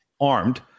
armed